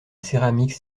céramique